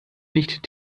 nicht